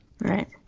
Right